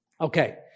Okay